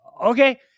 okay